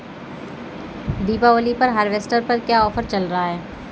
दीपावली पर हार्वेस्टर पर क्या ऑफर चल रहा है?